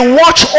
watch